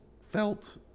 felt